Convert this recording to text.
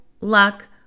luck